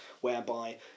Whereby